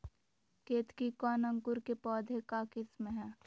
केतकी कौन अंकुर के पौधे का किस्म है?